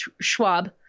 Schwab